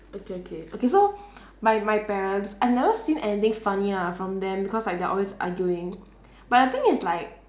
okay okay okay so my my parents I never seen anything funny ah from them because like they are always arguing but the thing is like